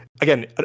again